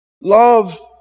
Love